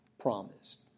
promised